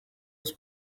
was